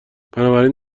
بنابراین